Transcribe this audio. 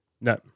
No